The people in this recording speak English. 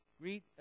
Greet